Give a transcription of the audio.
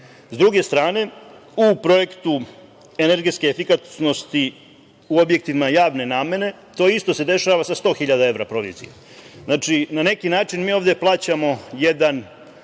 druge strane, u Projektu energetske efikasnosti u objektima javne namene to isto se dešava sa 100.000 evra provizije. Znači, na neki način mi ovde plaćamo jedan